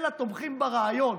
אלא תומכים ברעיון.